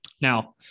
Now